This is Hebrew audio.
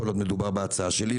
כל עוד מדובר בהצעה שלי,